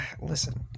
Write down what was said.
Listen